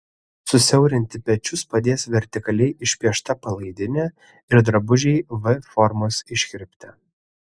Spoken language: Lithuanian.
susiaurinti pečius padės vertikaliai išpiešta palaidinė ir drabužiai v formos iškirpte